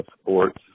sports